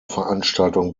veranstaltung